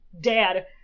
dad